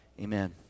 Amen